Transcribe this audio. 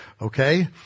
Okay